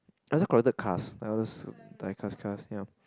I also collected cars like all those diecast cars ya